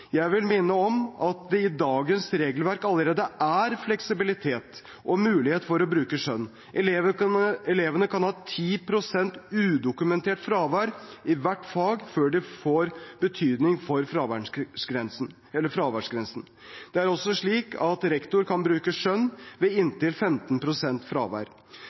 Jeg vil minne om at det i dagens regelverk allerede er fleksibilitet og mulighet for å bruke skjønn. Elevene kan ha 10 pst. udokumentert fravær i hvert fag før det får betydning for fraværsgrensen. Det er også slik at rektor kan bruke skjønn ved inntil 15 pst. fravær.